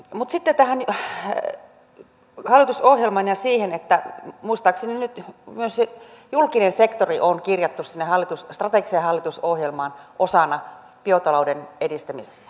mutta sitten tähän hallitusohjelmaan ja siihen että muistaakseni nyt myös julkinen sektori on kirjattu sinne strategiseen hallitusohjelmaan osana biotalouden edistämistä eikö vain